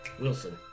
Wilson